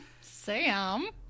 Sam